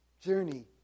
journey